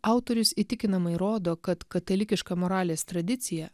autorius įtikinamai rodo kad katalikiška moralės tradicija